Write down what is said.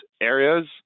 areas